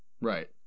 Right